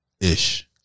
Ish